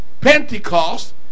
Pentecost